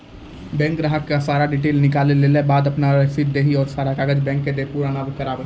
Bank ग्राहक के सारा डीटेल निकालैला के बाद आपन रसीद देहि और सारा कागज बैंक के दे के पुराना करावे?